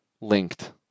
linked